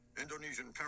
Indonesian